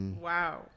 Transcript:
Wow